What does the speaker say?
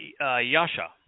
Yasha